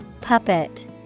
Puppet